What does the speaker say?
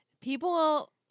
People